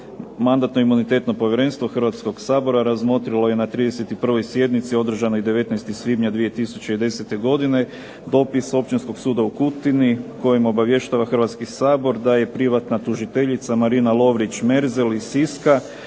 Mandatno-imunitetno povjerenstvo Hrvatskog sabora razmotrilo je na 31. sjednici održanoj 19. svibnja 2010. godine dopis Općinskog suda u Kutini kojim obavještava Hrvatski sabor da je privatna tužiteljica Marina Lovrić-Merzel iz Siska